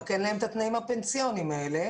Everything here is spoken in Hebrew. רק אין להם את התנאים הפנסיוניים האלה.